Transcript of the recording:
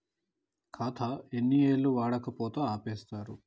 ఖాతా ఎన్ని ఏళ్లు వాడకపోతే ఆపేత్తరు?